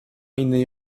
innej